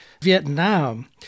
Vietnam